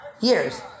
years